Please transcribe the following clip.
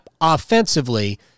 offensively